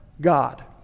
God